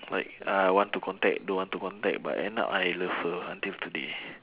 like uh want to contact don't want to contact but end up I love her until today